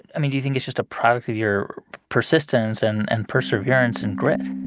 i mean, do you think it's just a product of your persistence and and perseverance and grit?